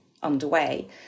underway